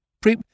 pre-